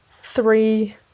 three